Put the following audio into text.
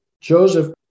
Joseph